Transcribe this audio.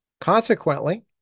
Consequently